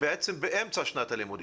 באמצע שנת הלימודים,